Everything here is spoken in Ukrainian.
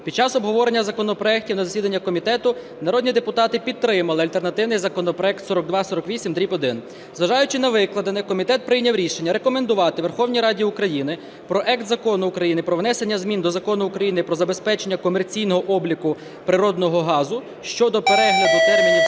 Під час обговорення законопроектів на засіданні комітету народні депутати підтримали альтернативний законопроект (4248-1). Зважаючи на викладене, комітет прийняв рішення рекомендувати Верховній Раді України проект Закону України про внесення змін до Закону України "Про забезпечення комерційного обліку природного газу" (щодо перегляду термінів